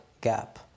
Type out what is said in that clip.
gap